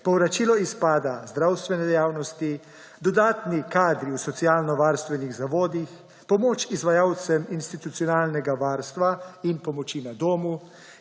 povračilo izpada zdravstvene dejavnosti, dodatni kadri v socialnovarstvenih zavodih, pomoč izvajalcev institucionalnega varstva in pomoči na domu,